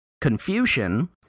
Confucian